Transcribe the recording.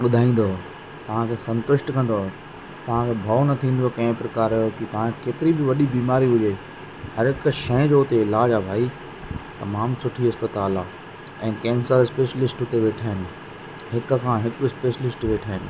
ॿुधाईंदव तव्हां खे संतुष्ट कंदव तव्हां खे भउ न थींदुव कंहिं बि प्रकार जो कि तव्हां खे केतिरी बि वॾी बीमारी हुजे हरहिक शइ जो उते इलाजु आहे भाई तमामु सुठी इस्पतालि आहे ऐं केंसर स्पेशलिस्ट उते वेठा आहिनि हिक खां हिकु स्पेशलिस्ट वेठा आहिनि